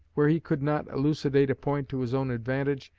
where he could not elucidate a point to his own advantage,